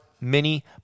mini